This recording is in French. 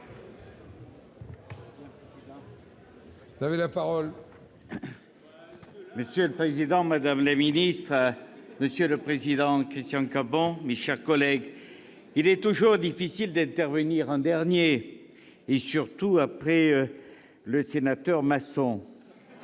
Monsieur le président, madame la ministre, monsieur le président Cambon, mes chers collègues, il est toujours difficile d'intervenir en dernier, et, surtout, après le sénateur Masson